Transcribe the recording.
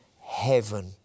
heaven